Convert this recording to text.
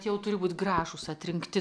jau turi būti gražūs atrinkti